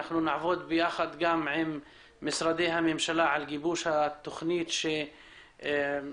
נעבוד יחד עם משרדי הממשלה על גיבוש התכנית שמנסה